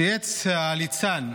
צייץ הליצן,